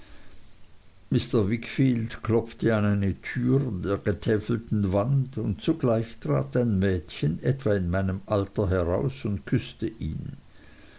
mr wickfield klopfte an eine tür in der getäfelten wand und sogleich trat ein mädchen etwa in meinem alter heraus und küßte ihn